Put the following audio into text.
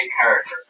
character